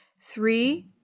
three